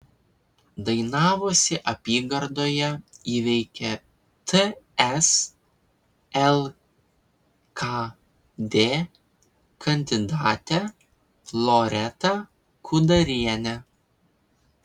dainavosi apygardoje įveikė ts lkd kandidatę loretą kudarienę